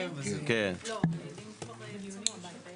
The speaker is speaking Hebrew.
לא בכל